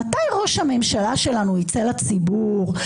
מתי ראש הממשלה שלנו יצא לציבור,